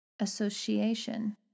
Association